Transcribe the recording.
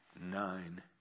nine